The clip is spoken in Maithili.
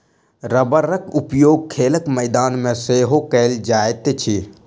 रबड़क उपयोग खेलक मैदान मे सेहो कयल जाइत अछि